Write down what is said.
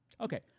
Okay